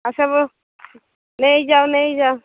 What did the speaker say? ଆଉ ସବୁ ନେଇଯାଅ ନେଇଯାଅ